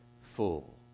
full